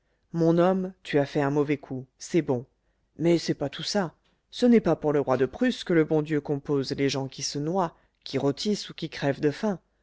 mon homme tu as fait un mauvais coup c'est bon mais c'est pas tout ça ce n'est pas pour le roi de prusse que le bon dieu compose les gens qui se noient qui rôtissent ou qui crèvent de faim